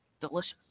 Delicious